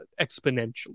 exponentially